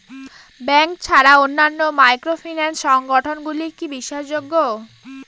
Bank ছাড়া অন্যান্য microfinance সংগঠন গুলি কি বিশ্বাসযোগ্য?